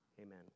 Amen